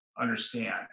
Understand